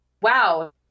wow